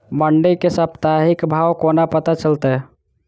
मंडी केँ साप्ताहिक भाव कोना पत्ता चलतै?